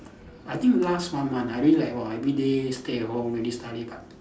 I think last one month I really like !wah! everyday stay at home really study but